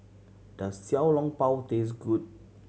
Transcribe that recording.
does Xiao Long Bao taste good